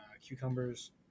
cucumbers